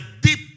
deep